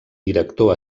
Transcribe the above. director